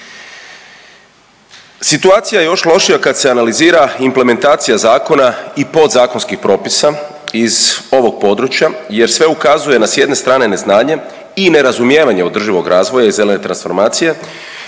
Situacija je još lošija kad se analizira implementacija zakona i podzakonskih propisa iz ovog područja jer sve ukazuje na s jedne strane neznanje i nerazumijevanje održivog razvoja i zelene transformacije